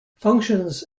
functions